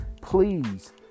please